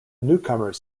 newcomers